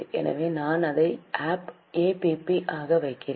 எனவே நான் அதை APP ஆக வைக்கிறேன்